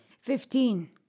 Fifteen